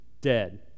dead